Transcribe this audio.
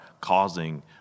causing